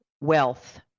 wealth